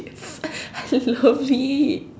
I love it